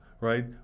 right